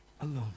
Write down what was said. alone